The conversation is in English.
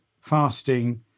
fasting